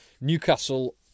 Newcastle